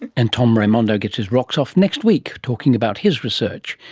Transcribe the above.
and tom raimondo gets his rocks off next week, talking about his research.